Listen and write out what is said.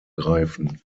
greifen